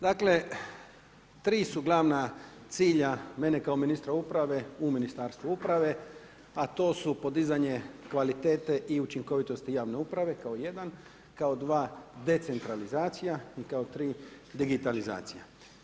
Dakle, 3 su glavna cilja mene kao ministra uprave u Ministarstvu uprave, a to su podizanje kvalitete i učinkovitosti javne uprave, kao jedan, kao dva decentralizacija, kao tri digitalizacija.